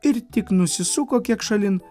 ir tik nusisuko kiek šalin